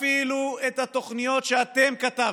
אפילו את התוכניות שאתם כתבתם,